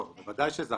לא, בוודאי שזכר.